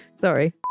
Sorry